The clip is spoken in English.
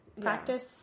Practice